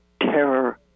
terror